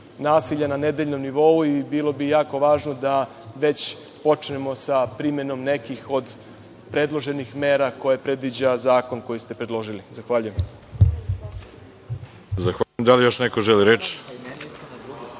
nasilja na nedeljnom nivou i bilo bi jako važno da već počnemo sa primenom nekih od predloženih mera koje predviđa zakon koji ste predložili. Hvala vam. **Veroljub Arsić** Zahvaljuje. Da li još neko želi reč?